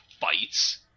fights